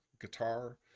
guitar